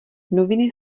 noviny